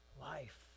life